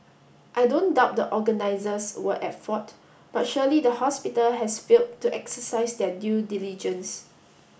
I don't doubt the organisers were at fault but surely the hospital has failed to exercise their due diligence